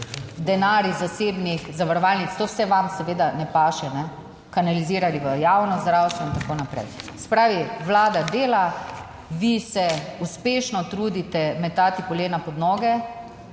denar iz zasebnih zavarovalnic - to vse vam seveda ne paše - kanalizirali v javno zdravstvo in tako naprej. Se pravi, Vlada dela, vi se uspešno trudite metati polena pod noge.